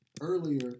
earlier